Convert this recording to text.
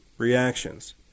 reactions